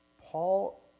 Paul